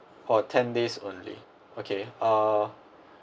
for ten days only okay uh